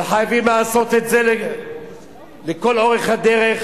וחייבים לעשות את זה לכל אורך הדרך.